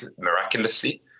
miraculously